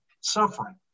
suffering